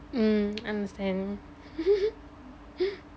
mm understand